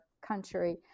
country